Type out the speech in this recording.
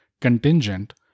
contingent